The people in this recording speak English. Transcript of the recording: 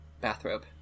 bathrobe